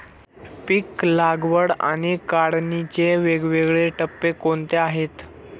पीक लागवड आणि काढणीचे वेगवेगळे टप्पे कोणते आहेत?